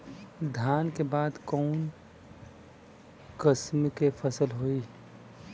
धान के बाद कऊन कसमक फसल होई?